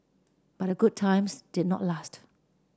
but the good times did not last